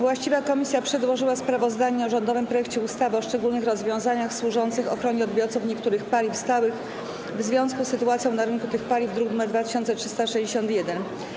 Właściwa komisja przedłożyła sprawozdanie o rządowym projekcie ustawy o szczególnych rozwiązaniach służących ochronie odbiorców niektórych paliw stałych w związku z sytuacją na rynku tych paliw, druk nr 2361.